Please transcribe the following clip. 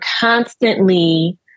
constantly